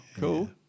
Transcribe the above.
cool